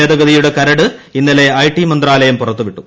ഭേദഗതിയുടെ കരട് ഇന്നൂലെ ഐടി മന്ത്രാലയം പുറത്തുവിട്ടു